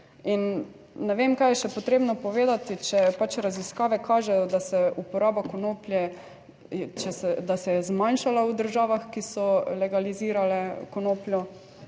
ne vem kaj je še potrebno povedati, če pač raziskave kažejo, da se uporaba konoplje, da se je zmanjšala v državah, ki so legalizirale konopljo